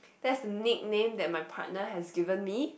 that is the nickname that my partner has given me